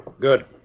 Good